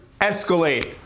escalate